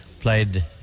played